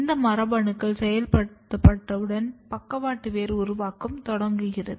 இந்த மரபணுக்கள் செயல்படுத்தப்பட்டவுடன் பக்கவாட்டு வேர் உருவாக்கம் தொண்டங்குகிறது